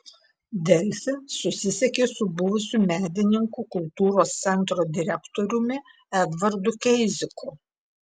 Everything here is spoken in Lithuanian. delfi susisiekė su buvusiu medininkų kultūros centro direktoriumi edvardu keiziku